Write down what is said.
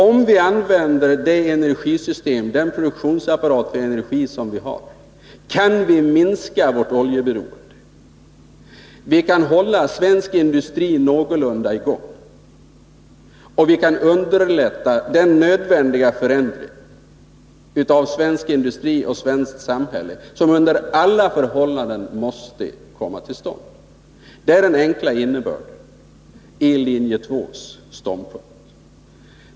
Om vi använder det energisystem, den produktionsapparat för energi, som vi har kan vi minska vårt oljeberoende. Vi kan hålla svensk industri någorlunda i gång, och vi kan underlätta den nödvändiga förändring av svensk industri och svenskt samhälle som under alla förhållanden måste komma till stånd. Det är den enkla innebörden i linje 2:s ståndpunkt.